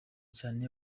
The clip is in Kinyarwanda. cyane